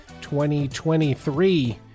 2023